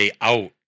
out